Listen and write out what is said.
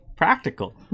Practical